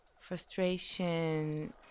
frustration